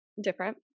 different